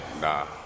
nah